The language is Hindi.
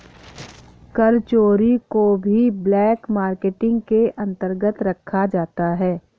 कर चोरी को भी ब्लैक मार्केटिंग के अंतर्गत रखा जाता है